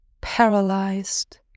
paralyzed